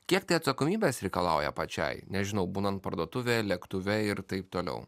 kiek tai atsakomybės reikalauja pačiai nežinau būnant parduotuvėj lėktuve ir taip toliau